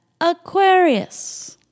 Aquarius